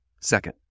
Second